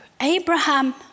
Abraham